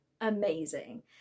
amazing